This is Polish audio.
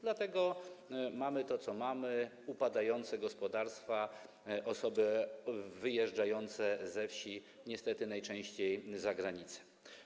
Dlatego mamy to, co mamy: upadające gospodarstwa, osoby wyjeżdżające ze wsi, niestety najczęściej za granicę.